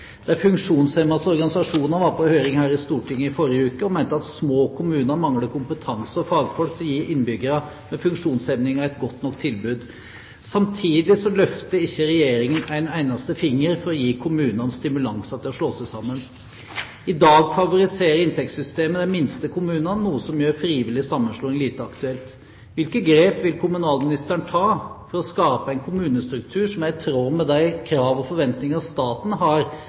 organisasjoner var på høring i Stortinget i forrige uke og mente at små kommuner mangler kompetanse og fagfolk til å gi innbyggere med funksjonshemninger et godt nok tilbud. Samtidig løfter ikke Regjeringen en eneste finger for å gi kommunene stimulanser for å slå seg sammen. I dag favoriserer inntektssystemet de minste kommunene, noe som gjør frivillig sammenslåing lite aktuelt. Hvilke grep vil kommunalministeren ta for å skape en kommunestruktur som er i tråd med de krav og forventninger staten har